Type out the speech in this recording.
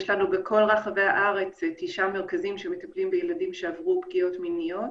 יש לנו בכל רחבי הארץ תשעה מרכזים שמטפלים בילדים שעברו פגיעות מיניות.